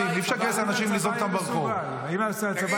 ראש הממשלה אמר: הצבא